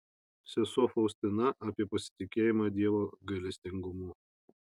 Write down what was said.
sesuo faustina apie pasitikėjimą dievo gailestingumu